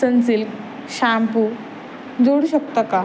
Sunsilk shampoo जोडू शकता का